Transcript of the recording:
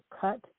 cut